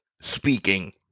speaking